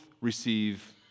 receive